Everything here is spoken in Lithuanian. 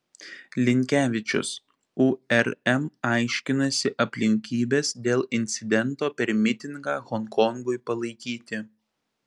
linkevičius urm aiškinasi aplinkybes dėl incidento per mitingą honkongui palaikyti